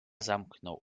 zamknął